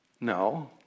No